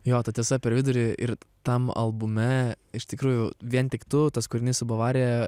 jo ta tiesa per vidurį ir tam albume iš tikrųjų vien tik tu tas kūrinys su bavarija